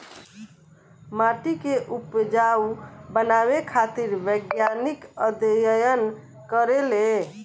माटी के उपजाऊ बनावे खातिर वैज्ञानिक अध्ययन करेले